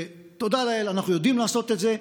ותודה לאל, אנחנו יודעים לעשות את זה.